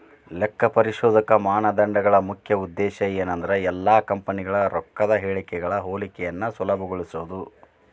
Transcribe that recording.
ಲೆಕ್ಕಪರಿಶೋಧಕ ಮಾನದಂಡಗಳ ಮುಖ್ಯ ಉದ್ದೇಶ ಏನಂದ್ರ ಎಲ್ಲಾ ಕಂಪನಿಗಳ ರೊಕ್ಕದ್ ಹೇಳಿಕೆಗಳ ಹೋಲಿಕೆಯನ್ನ ಸುಲಭಗೊಳಿಸೊದು